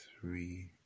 three